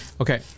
okay